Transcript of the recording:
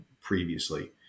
previously